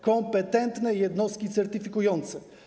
Kompetentne jednostki certyfikujące.